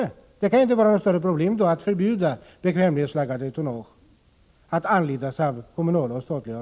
Det kan då inte innebära något större problem att förbjuda statliga och kommunala organ att anlita bekvämlighetsflaggat tonnage.